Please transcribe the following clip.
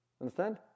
Understand